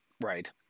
Right